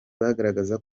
bagaragaza